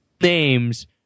names